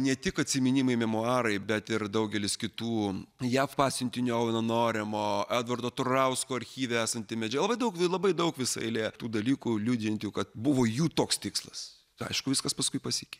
ne tik atsiminimai memuarai bet ir daugelis kitų jav pasiuntinio noremo edvardo turausko archyve esanti medžiaga labai daug labai daug visa eilė tų dalykų liudijančių kad buvo jų toks tikslas aišku viskas paskui pasikeitė